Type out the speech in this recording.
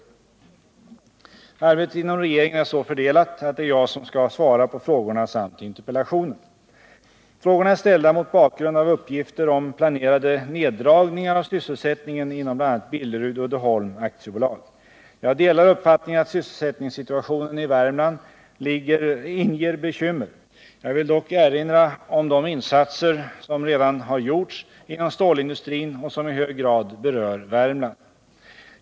Arbetet inom regeringen är så fördelat att det är jag som skall svara på frågorna samt interpellationen. Frågorna är ställda mot bakgrund av uppgifter om planerade neddragningar av sysselsättningen inom bl.a. Billerud-Uddeholm AB. Jag delar uppfattningen att sysselsättningssituationen i Värmland inger bekymmer. Jag vill dock erinra om de insatser som redan har gjorts inom stålindustrin och som i hög grad berör Värmland.